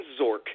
Zork